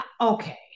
okay